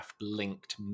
linked